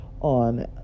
on